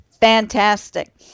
fantastic